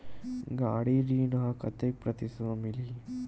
गाड़ी ऋण ह कतेक प्रतिशत म मिलही?